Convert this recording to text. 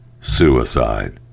suicide